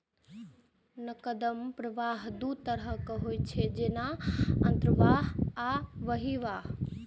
नकद प्रवाह दू तरहक होइ छै, जेना अंतर्वाह आ बहिर्वाह